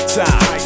time